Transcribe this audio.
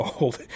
old